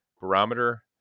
barometer